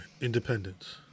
Independence